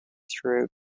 throughout